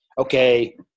okay